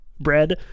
bread